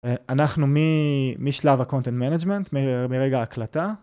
אנחנו משלב ה-content management, מרגע ההקלטה.